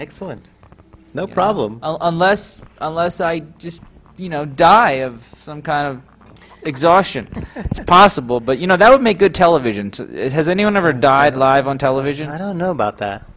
excellent no problem unless unless i just you know die of some kind of exhaustion possible but you know that would make good television has anyone ever died live on television i don't know about that